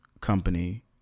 company